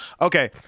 okay